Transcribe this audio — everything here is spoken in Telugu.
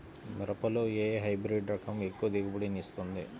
మిరపలో ఏ హైబ్రిడ్ రకం ఎక్కువ దిగుబడిని ఇస్తుంది?